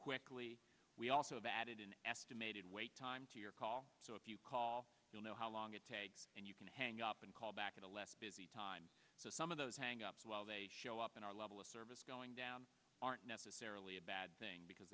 quickly we also added an estimated wait time to your call so if you call you'll know how long it takes and you can hang up and call back at a less busy time so some of those hang ups while they show up in our level of service going down aren't necessarily a bad thing because